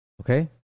Okay